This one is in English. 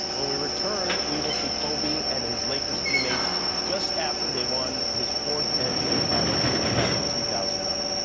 when we return, we will see kobe and his lakers teammates just after they won his fourth and nba title back in two thousand and nine.